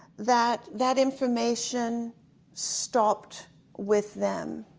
that that information stopped with them.